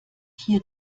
hier